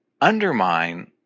undermine